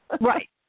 right